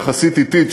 יחסית אטית,